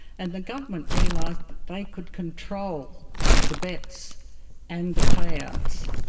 and the government realise that they could control the bets and the payouts.